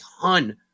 ton